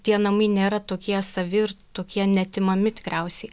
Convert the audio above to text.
tie namai nėra tokie savi ir tokie neatimami tikriausiai